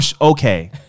okay